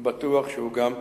בטוח שהוא גם יתרצה.